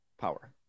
power